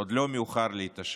עוד לא מאוחר להתעשת.